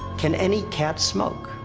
can any cat smoke?